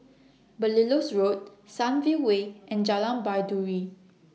Belilios Road Sunview Way and Jalan Baiduri